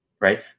right